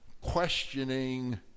questioning